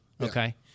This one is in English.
okay